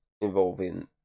involving